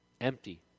empty